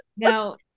Now